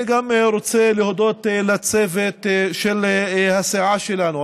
אני רוצה להודות גם לצוות של הסיעה שלנו,